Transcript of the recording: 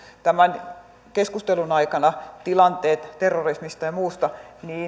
tämän keskustelun aikana tilanteisiin terrorismista ja muusta